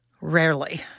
Rarely